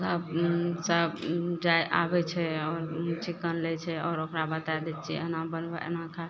सब सब जाइ आबय छै आओर चिकन लै छै आओर ओकरा बताय दै छियै एना बनबऽ एना खा